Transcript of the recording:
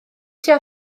tua